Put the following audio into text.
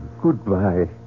Goodbye